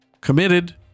committed